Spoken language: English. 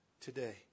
today